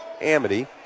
Amity